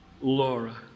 Laura